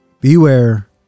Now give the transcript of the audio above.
beware